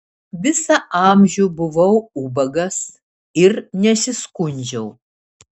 visą amžių buvau ubagas ir nesiskundžiau